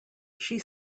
she